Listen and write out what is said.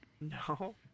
No